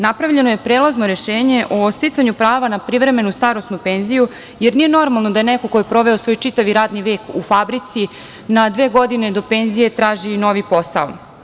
Napravljeno je prelazno rešenje o sticanju prava na privremenu starosnu penziju jer nije normalno da neko ko je proveo svoj čitavi radni vek u fabrici na dve godine do penzije traži novi posao.